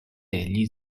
egli